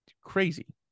crazy